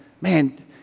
man